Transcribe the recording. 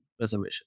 reservation